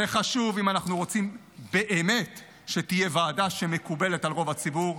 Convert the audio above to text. זה חשוב אם אנחנו רוצים באמת שתהיה ועדה שמקובלת על רוב הציבור,